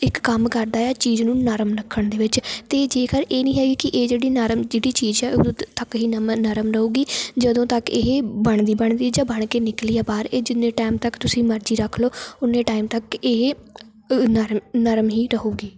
ਇੱਕ ਕੰਮ ਕਰਦਾ ਹੈ ਚੀਜ਼ ਨੂੰ ਨਰਮ ਰੱਖਣ ਦੇ ਵਿੱਚ ਅਤੇ ਜੇਕਰ ਇਹ ਨਹੀਂ ਹੈਗੀ ਕਿ ਇਹ ਜਿਹੜੀ ਨਰਮ ਜਿਹੜੀ ਚੀਜ਼ ਹੈ ਇਹ ਉਦੋਂ ਤੱਕ ਹੀ ਨਮਨ ਨਰਮ ਰਹੂਗੀ ਜਦੋਂ ਤੱਕ ਇਹ ਬਣਦੀ ਬਣਦੀ ਜਾਂ ਬਣ ਕੇ ਨਿਕਲੀ ਹੈ ਬਾਹਰ ਇਹ ਜਿੰਨੇ ਟਾਈਮ ਤੱਕ ਤੁਸੀਂ ਮਰਜ਼ੀ ਰੱਖ ਲਓ ਉਨੇ ਟਾਈਮ ਰੱਖ ਇਹ ਨਰਮ ਨਰਮ ਹੀ ਰਹੂਗੀ